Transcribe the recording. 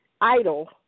idle